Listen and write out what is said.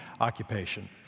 occupation